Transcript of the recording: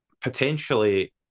potentially